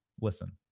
Listen